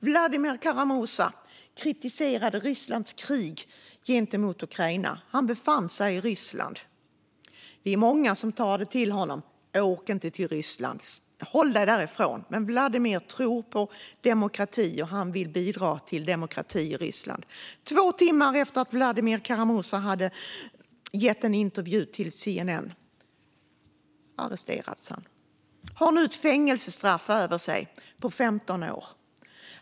Vladimir Kara-Murza kritiserade Rysslands krig gentemot Ukraina. Han befann sig i Ryssland. Vi var många som sa till honom: Åk inte till Ryssland. Håll dig därifrån. Men Vladimir tror på demokrati, och han vill bidra till demokrati i Ryssland. Två timmar efter att Vladimir Kara-Murza hade gett en intervju till CNN arresterades han. Han har nu ett fängelsestraff över sig på 15 år.